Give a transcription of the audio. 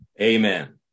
amen